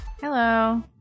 hello